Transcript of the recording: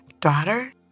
daughter